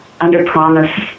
under-promise